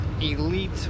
elite